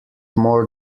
more